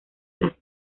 las